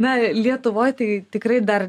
na lietuvoj tai tikrai dar